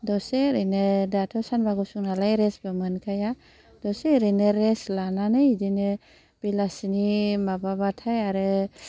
दसे ओरैनो दाथ' सानबा गुसुं नालाय रेस्ट बो मोनखाया दसे ओरैनो रेस्ट लानानै इदिनो बेलासिनि माबाबाथाय आरो